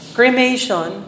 Cremation